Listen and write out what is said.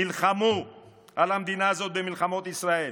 נלחמו על המדינה הזאת במלחמות ישראל,